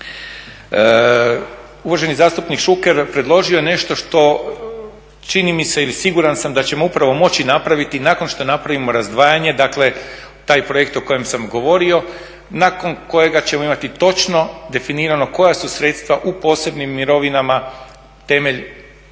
Uvaženi zastupnik Šuker predložio je nešto što čini mi se ili siguran sam da ćemo upravo moći napraviti nakon što napravimo razdvajanje, dakle taj projekt o kojem sam govorio, nakon kojega ćemo imati točno definirano koja su sredstva u posebnim mirovinama temelj